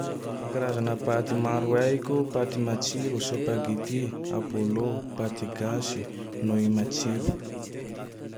Ny karazagne paty maro haiko: paty matsiro, sipagety, apôllô, paty gasy, noy matsiro.